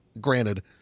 granted